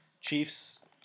Chiefs